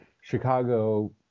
Chicago